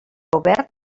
obert